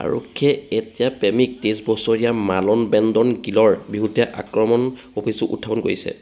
আৰক্ষীয়ে এতিয়া প্ৰেমিক তেইছ বছৰীয়া মাৰ্লন ব্ৰেণ্ডন গিলৰ বিৰুদ্ধে আক্ৰমণ অভিযোগ উত্থাপন কৰিছে